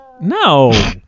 No